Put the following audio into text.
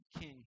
king